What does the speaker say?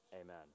amen